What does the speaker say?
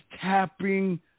tapping